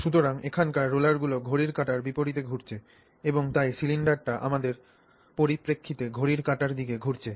সুতরাং এখানকার রোলারগুলি ঘড়ির কাঁটার বিপরীতে ঘুরছে এবং তাই সিলিন্ডারটি আমাদের পরিপ্রেক্ষিতে ঘড়ির কাঁটার দিকে ঘুরছে